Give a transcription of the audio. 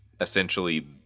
essentially